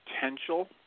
potential